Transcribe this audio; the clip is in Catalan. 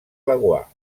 laguar